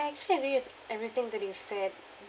actually agree with everything that you said